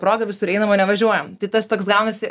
proga visur einam o ne važiuojam tai tas toks gaunasi